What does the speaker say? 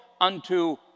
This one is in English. unto